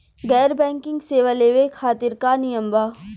गैर बैंकिंग सेवा लेवे खातिर का नियम बा?